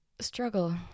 struggle